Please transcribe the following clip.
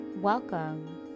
welcome